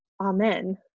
amen